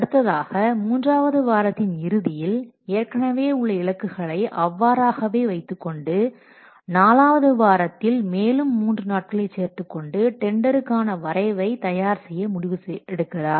அடுத்ததாக மூன்றாவது வாரத்தின் இறுதியில் ஏற்கனவே உள்ள இலக்குகளை அவ்வாறாகவே வைத்துக் கொண்டு நாலாவது வாரத்தில் மேலும் மூன்று நாட்களை சேர்த்துக் கொண்டு டெண்டருக்கான வரைவை தயார் செய்ய முடிவு எடுக்கிறார்